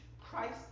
Christ